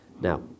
Now